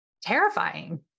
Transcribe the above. terrifying